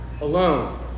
alone